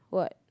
what